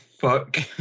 fuck